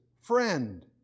friend